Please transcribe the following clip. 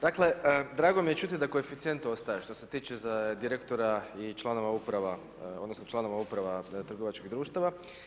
Dakle, drago mi je čuti da koeficijent ostaje što se tiče direktora i članova uprava odnosno članova uprava trgovačkih društava.